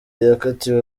yakatiwe